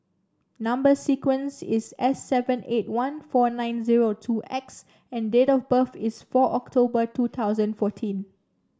number sequence is S seven eight one four nine zero two X and date of birth is four October two thousand fourteen